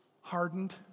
hardened